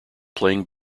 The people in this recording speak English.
playing